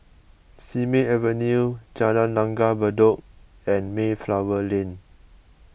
Simei Avenue Jalan Langgar Bedok and Mayflower Lane